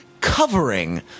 covering